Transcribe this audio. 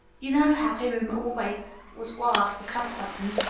you know how hiram always was wild for cuff buttons,